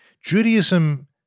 Judaism